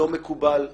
לא מקובל,